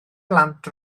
blant